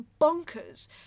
bonkers